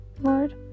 Lord